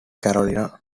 carolina